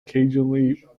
occasionally